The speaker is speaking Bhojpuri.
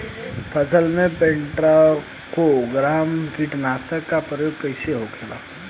फसल पे ट्राइको ग्राम कीटनाशक के प्रयोग कइसे होखेला?